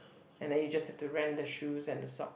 and then you just have to rent the shoes and the sock